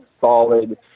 solid